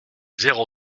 zéro